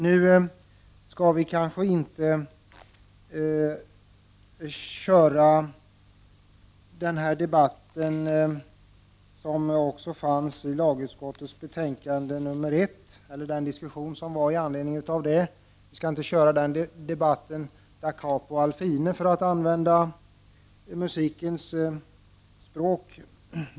Nu skall vi kanske inte upprepa den debatt som fördes även beträffande lagutskottets betänkande 1 till ”da capo al fine” — för att använda musikens språk.